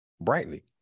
brightly